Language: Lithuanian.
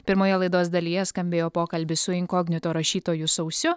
pirmoje laidos dalyje skambėjo pokalbis su inkognito rašytoju sausiu